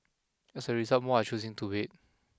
as a result more are choosing to wait